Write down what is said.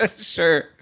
Sure